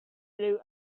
blue